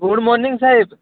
good morning Saheb